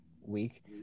week